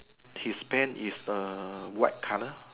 his pant is the white colour